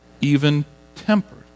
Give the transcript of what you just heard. even-tempered